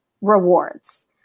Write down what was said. rewards